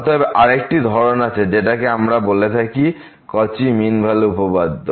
অতএব আরেকটি ধরন আছে যেটাকে আমরা বলে থাকি কচি মিন ভ্যালু উপপাদ্য